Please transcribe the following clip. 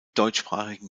deutschsprachigen